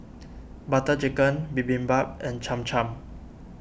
Butter Chicken Bibimbap and Cham Cham